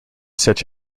such